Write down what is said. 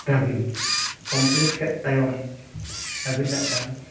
ᱟᱹᱵᱤᱱ ᱠᱮᱫ ᱛᱟᱭᱚᱢ ᱟᱹᱵᱤᱱ ᱢᱤᱫᱴᱟᱝ